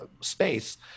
space